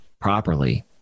properly